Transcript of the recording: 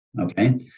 Okay